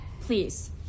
please